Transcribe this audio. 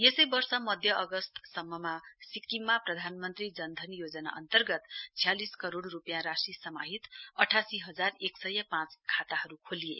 यसै वर्ष मध्य अगस्त सम्ममा सिक्किममा प्रधानमन्त्री जन धन योजना अन्तर्गत छ्यालिस करोड़ रुपियाँ राशि समाहित अठासी हजार एक सय पाँच खाताहरु खोलिए